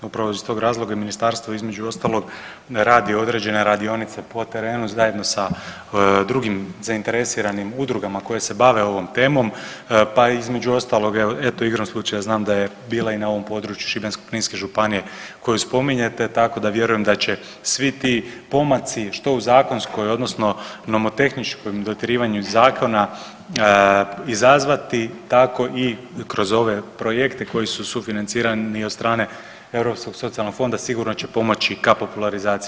Upravo iz tog razloga ministarstvo između ostalog radi određene radionice po terenu zajedno sa drugim zainteresiranim udrugama koje se bave ovom temom, pa između ostalog eto igrom slučaja znam da je bila i na ovom području Šibensko-kninske županije koju spominjete, tako da vjerujem da će svi ti pomaci što u zakonskoj odnosno nomotehničkom dotjerivanju zakona izazvati tako i kroz ove projekte koji su sufinancirani od strane Europskog socijalnog fonda sigurno će pomoći ka popularizaciji udomiteljstva.